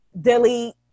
delete